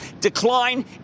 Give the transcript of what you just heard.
decline